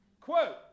Quote